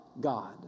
God